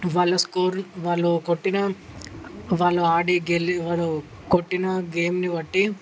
వాళ్ళు స్కోర్ వాళ్ళు కొట్టిన వాళ్ళు ఆడి గెలి వారు కొట్టిన గేమ్ని బట్టి